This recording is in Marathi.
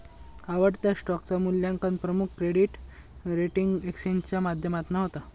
आवडत्या स्टॉकचा मुल्यांकन प्रमुख क्रेडीट रेटींग एजेंसीच्या माध्यमातना होता